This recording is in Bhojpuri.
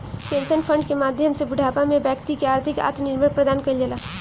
पेंशन फंड के माध्यम से बूढ़ापा में बैक्ति के आर्थिक आत्मनिर्भर प्रदान कईल जाला